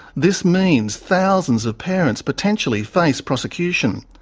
this means thousands of parents potentially face prosecution.